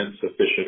sufficient